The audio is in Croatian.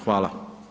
Hvala.